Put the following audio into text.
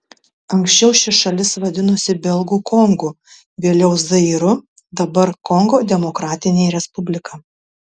anksčiau ši šalis vadinosi belgų kongu vėliau zairu dabar kongo demokratinė respublika